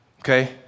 okay